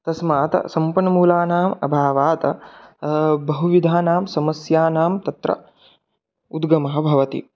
तस्मात् सम्पन्मूलानाम् अभावात् बहुविधानां समस्यानां तत्र उद्गमः भवति